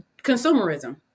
consumerism